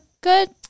good